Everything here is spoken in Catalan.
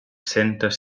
centes